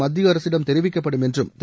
மத்திய அரசிடம் தெரிவிக்கப்படும் என்றும் திரு